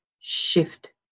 shift